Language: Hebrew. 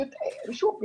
שוב,